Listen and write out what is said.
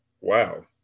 Wow